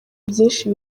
byinshi